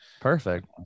Perfect